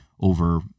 over